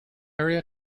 area